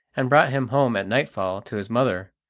and brought him home at nightfall to his mother,